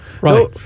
Right